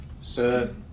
Sir